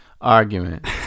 argument